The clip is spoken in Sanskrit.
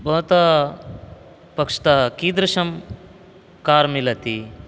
भवतः पक्षतः कीदृशं कार् मिलति